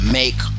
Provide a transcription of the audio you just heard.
make